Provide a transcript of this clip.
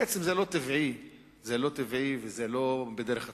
בעצם זה לא טבעי וזה לא בדרך הטבע,